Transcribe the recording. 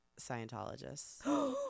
scientologists